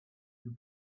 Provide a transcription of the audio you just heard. you